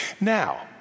Now